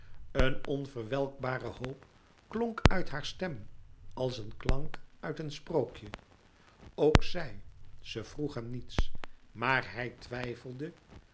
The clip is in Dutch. een onverwelkbare hoop klonk uit haar stem als een klank uit een sprookje ook zij ze vroeg hem niets maar hij twijfelde